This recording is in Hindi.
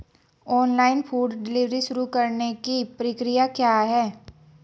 ऑनलाइन फूड डिलीवरी शुरू करने की प्रक्रिया क्या है?